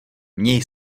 měj